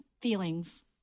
feelings